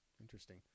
Interesting